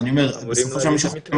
אני אומר --- אמורים להביא את המתווה.